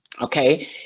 Okay